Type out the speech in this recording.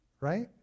Right